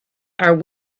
are